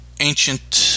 ancient